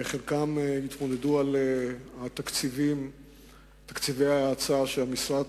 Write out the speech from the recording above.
וחלקם יתמודדו על תקציבי ההאצה שהמשרד